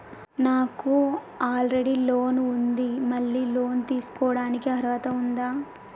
నాకు already loan ఉండి మళ్ళీ లోన్ తీసుకోవడానికి అర్హత ఉందా?